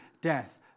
death